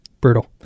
Brutal